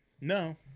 No